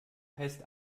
heißt